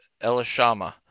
Elishama